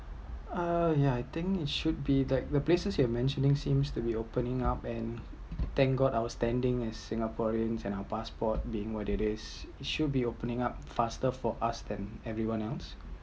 uh ya I think it should be that the places you’re mentioning seems to be opening up and thank god I was standing as singaporean and I've a passport being what it is it should be opening up faster for us than everyone else